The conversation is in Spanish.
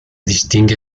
distingue